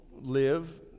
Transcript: live